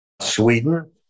Sweden